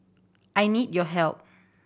I need your help